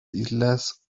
islas